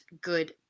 good